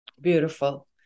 Beautiful